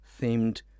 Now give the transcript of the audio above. themed